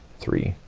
three